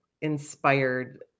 inspired